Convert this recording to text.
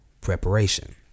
preparation